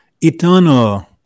eternal